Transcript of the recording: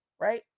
right